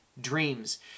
dreams